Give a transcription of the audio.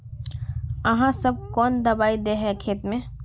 आहाँ सब कौन दबाइ दे है खेत में?